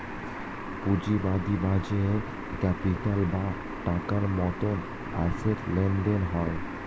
পুঁজিবাদী বাজারে ক্যাপিটাল বা টাকার মতন অ্যাসেট লেনদেন হয়